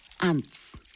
ants